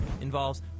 involves